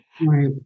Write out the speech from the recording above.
Right